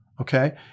okay